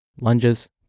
lunges